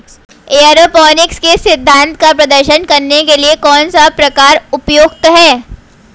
Aeroponics के सिद्धांत का प्रदर्शन करने के लिए कौन सा प्रकार उपयुक्त है?